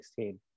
16